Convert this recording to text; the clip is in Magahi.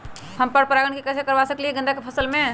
हम पर पारगन कैसे करवा सकली ह गेंदा के फसल में?